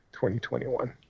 2021